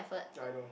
ya I know